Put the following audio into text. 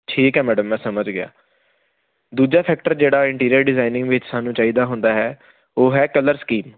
ਠੀਕ ਹੈ ਮੈਡਮ ਮੈਂ ਸਮਝ ਗਿਆ ਦੂਜਾ ਫੈਕਟਰ ਜਿਹੜਾ ਇੰਟੀਰੀਅਰ ਡਿਜ਼ਾਇਨਿੰਗ ਵਿੱਚ ਸਾਨੂੰ ਚਾਹੀਦਾ ਹੁੰਦਾ ਹੈ ਉਹ ਹੈ ਕਲਰ ਸਕੀਮ